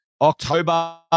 October